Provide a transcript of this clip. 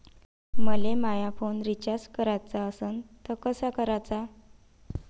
मले माया phone recharge कराचा असन तर कसा कराचा?